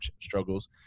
struggles